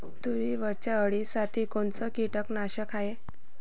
तुरीवरच्या अळीसाठी कोनतं कीटकनाशक हाये?